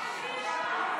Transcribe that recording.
תתביישי.